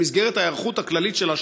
במסגרת ההיערכות הכללית שלה,